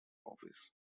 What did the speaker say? office